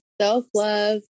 Self-love